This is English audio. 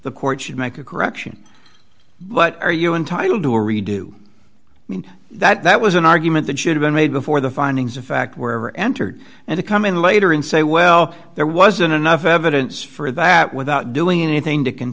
the court should make a correction but are you entitled to a redo i mean that was an argument that should have been made before the findings of fact were entered and to come in later and say well there wasn't enough evidence for that without doing anything to c